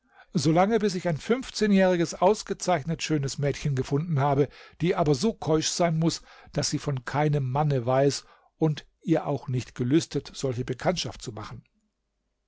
solange bis ich ein fünfzehnjähriges ausgezeichnet schönes mädchen gefunden habe die aber so keusch sein muß daß sie von keinem manne weiß und ihr auch nicht gelüstet solche bekanntschaft zu machen